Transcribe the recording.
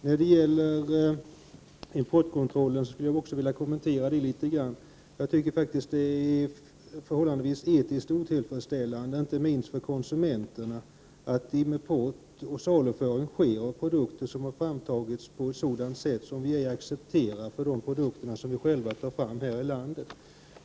När det gäller importkontrollen tycker jag att det är förhållandevis etiskt otillfredsställande, inte minst för konsumenterna, att import och saluföring sker av produkter som har framtagits på sådant sätt som vi ej accepterar för de produkter som vi själva tar fram här i landet.